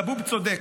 כבוב צודק.